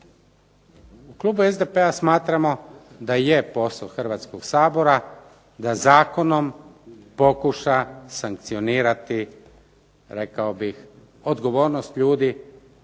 U klubu SDP-a smatramo da je posao Hrvatskog sabora da zakonom pokuša sankcionirati rekao bih odgovornost ljudi